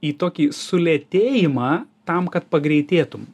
į tokį sulėtėjimą tam kad pagreitėtum